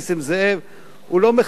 לא מחזק את ירושלים.